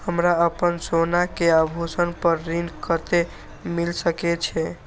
हमरा अपन सोना के आभूषण पर ऋण कते मिल सके छे?